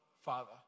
father